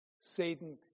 Satan